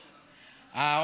אה,